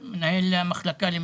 הבנתי, אבל הוא צריך להיות שנתיים